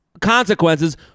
consequences